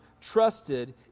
trusted